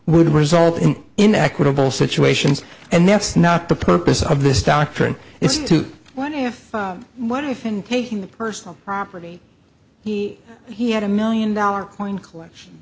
would result in in equitable situations and that's not the purpose of this doctrine it's to what if what if and taking personal property he had a million dollar coin collect